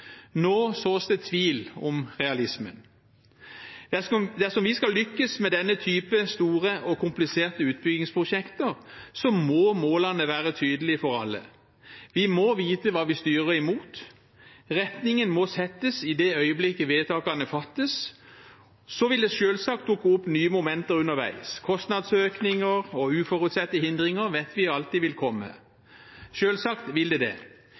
Nå sås det tvil om realismen. Dersom vi skal lykkes med denne typen store og kompliserte utbyggingsprosjekter, må målene være tydelige for alle. Vi må vite hva vi styrer mot. Retningen må settes i det øyeblikket vedtakene fattes. Så vil det selvsagt dukke opp nye momenter underveis. Kostnadsøkninger og uforutsette hindringer vet vi alltid vil komme – selvsagt vil de det. Men nå er det